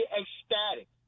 ecstatic